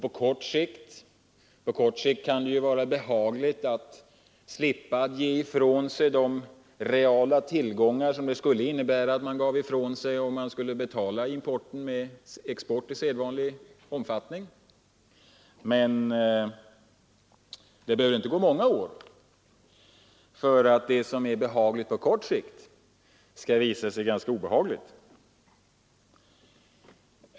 På kort sikt kan det vara behagligt att slippa ge ifrån sig reala tillgångar för att betala sin export på sedvanligt sätt. Men det behöver inte gå många år för att det skall visa sig ganska obehagligt.